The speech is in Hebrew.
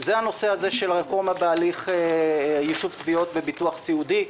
זה לגבי הרפורמה בהליך יישוב תביעות בביטוח סיעודי.